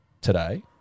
today